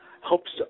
helps